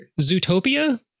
Zootopia